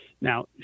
Now